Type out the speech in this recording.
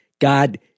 God